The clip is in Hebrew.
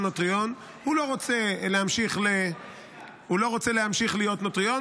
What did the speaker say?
נוטריון יכול לבקש להשהות את רישיונו כנוטריון